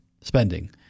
spending